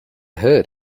heard